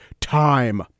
time